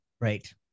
right